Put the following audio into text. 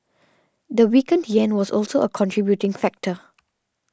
the weakened yen was also a contributing factor